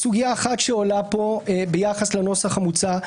סוגיה אחת שעולה פה ביחס לנוסח המוצע,